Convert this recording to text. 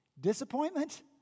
Disappointment